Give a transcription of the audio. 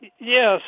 Yes